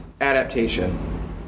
adaptation